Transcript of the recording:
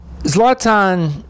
Zlatan